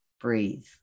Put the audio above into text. breathe